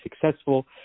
successful